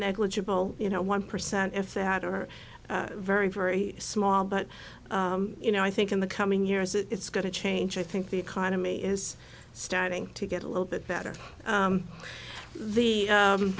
negligible you know one percent if that are very very small but you know i think in the coming years it's going to change i think the economy is starting to get a little bit better for the